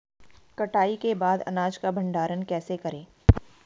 कटाई के बाद अनाज का भंडारण कैसे करें?